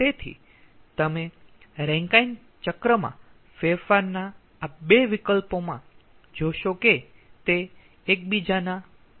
તેથી તમે રેન્કાઈન ચક્રમાં ફેરફારના આ 2 વિકલ્પોમાં જોશો કે તે એકબીજાના પૂરક છે